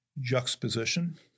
juxtaposition